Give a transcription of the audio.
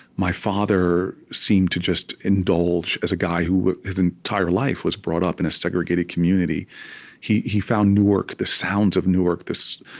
my father seemed to just indulge as a guy who, his entire life, was brought up in a segregated community he he found newark, the sounds of newark, wbgo,